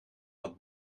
wat